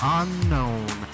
unknown